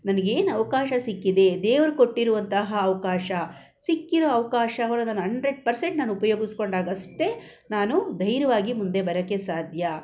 ನನಗೇನು ಅವಕಾಶ ಸಿಕ್ಕಿದೆ ದೇವರು ಕೊಟ್ಟಿರುವಂತಹ ಅವಕಾಶ ಸಿಕ್ಕಿರೋ ಅವಕಾಶಗಳನ್ನು ನಾನು ಅಂಡ್ರೆಡ್ ಪರ್ಸೆಂಟ್ ನಾನು ಉಪ್ಯೋಗಿಸ್ಕೊಂಡಾಗಷ್ಟೇ ನಾನು ಧೈರ್ಯವಾಗಿ ಮುಂದೆ ಬರೋಕ್ಕೆ ಸಾಧ್ಯ